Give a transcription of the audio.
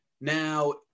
Now